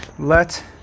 Let